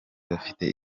bafite